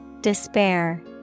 Despair